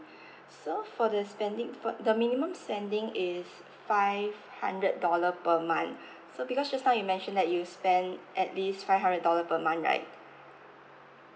so for the spending for the minimum spending is five hundred dollar per month so because just now you mentioned that you spend at least five hundred dollar per month right